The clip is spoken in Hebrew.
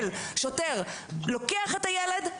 שוטר לוקח את הילד,